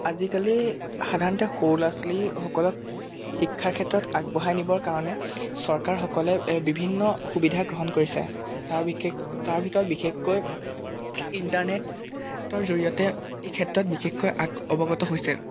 আজিকালি সাধাৰণতে সৰু ল'ৰা ছোৱালীসকলক শিক্ষাৰ ক্ষেত্ৰত আগবঢ়াই নিবৰ কাৰণে চৰকাৰসকলে এ বিভিন্ন সুবিধা গ্ৰহণ কৰিছে তাৰ বিশেষ তাৰ ভিতৰত বিশেষককৈ ইণ্টাৰনেটৰ জৰিয়তে এই ক্ষেত্ৰত বিশেষকৈ আগ অৱগত হৈছে